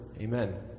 Amen